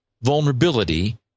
vulnerability